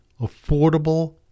affordable